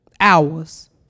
hours